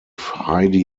heidi